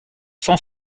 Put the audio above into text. cent